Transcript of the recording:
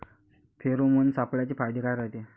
Pheromone सापळ्याचे फायदे काय रायते?